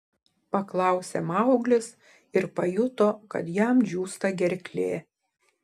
paklausė mauglis ir pajuto kad jam džiūsta gerklė